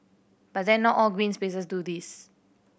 but then not all green spaces do this